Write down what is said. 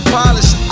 polished